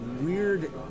weird